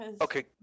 Okay